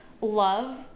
love